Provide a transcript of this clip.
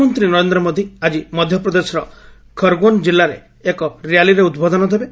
ପ୍ରଧାନମନ୍ତ୍ରୀ ନରେନ୍ଦ୍ର ମୋଦି ଆଜି ମଧ୍ୟପ୍ରଦେଶର ଖରଗୋନ୍ ଜିଲ୍ଲାରେ ଏକ ର୍ୟାଲିରେ ଉଦ୍ବୋଧନ ଦେବେ